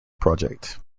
project